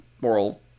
moral